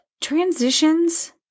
transitions